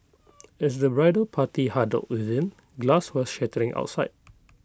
as the bridal party huddled within glass was shattering outside